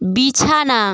বিছানা